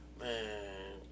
Man